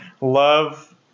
love